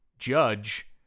judge